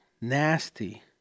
nasty